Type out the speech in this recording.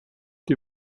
die